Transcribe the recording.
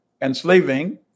enslaving